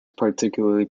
particularly